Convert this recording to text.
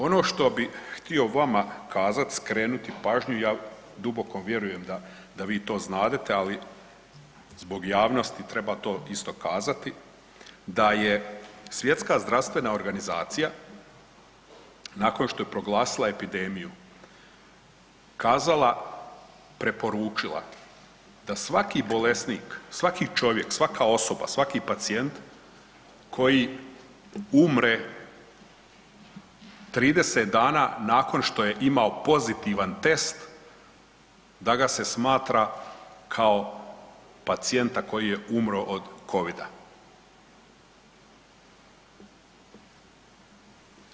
Ono što bih htio kazati, skrenuti pažnju ja duboko vjerujem da vi to znadete, ali zbog javnosti treba to isto kazati da je Svjetska zdravstvena organizacija nakon što je proglasila epidemiju kazala, preporučila da svaki bolesnik, svaki čovjek, svaka osoba, svaki pacijent koji umre 30 dana nakon što je imao pozitivan test da ga se smatra kao pacijenta koji je umro od COVID-a.